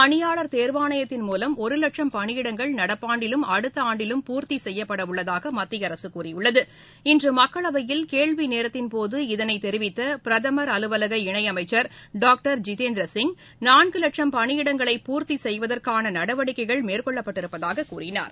பணியாளர் தேர்வானையத்தின் மூலம் ஒரு லட்சம் பணியிடங்கள் நடப்பாண்டிலும் அடுத்த ஆண்டிலும் பூர்த்தி செய்யப்படவுள்ளதாக மத்திய அரசு கூறியுள்ளது இன்று மக்களவையில் கேள்விநேரத்தின்போது இதனை தெரிவித்த பிரதமர் அலுவலக இணையமைச்சர் டாக்டர் ஜிதேந்திர சிங் நான்கு லட்சம் பணியிடங்களை பூர்த்தி செய்வதற்கான நடவடிக்கைகள் மேற்கொள்ளப்பட்டிருப்பதாக கூறினார்